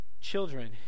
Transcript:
children